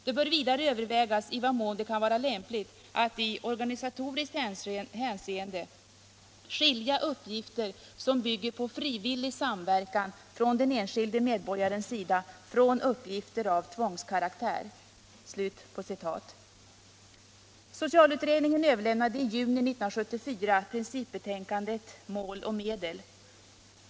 Det bör vidare övervägas i vad mån det kan vara lämpligt att i organisatoriskt hänseende skilja uppgifter som bygger på frivillig medverkan från den enskilde medborgarens sida från uppgifter av tvångskaraktär.” Socialutredningen överlämnade i juni 1974 principbetänkandet Socialvården — Mål och medel.